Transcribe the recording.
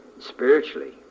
spiritually